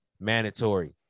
mandatory